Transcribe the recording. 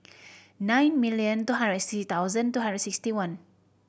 nine million two hundred sixty thousand two hundred sixty one